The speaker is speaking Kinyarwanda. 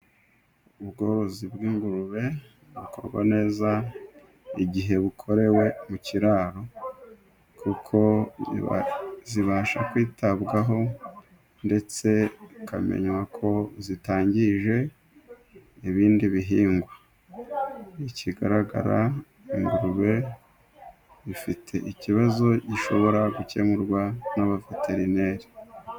Ubworozi bw'ingurube bukorwa neza igihe bukorewe mu kiraro kuko zibasha kwitabwaho ndetse hakamenywa ko zitangije ibindi bihingwa. Ikigaragara ingurube bifite ikibazo gishobora gukemurwa n'umuveterineri.